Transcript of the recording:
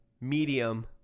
medium